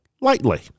lightly